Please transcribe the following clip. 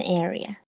area